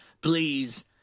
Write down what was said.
Please